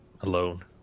Alone